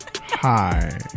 Hi